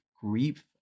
grief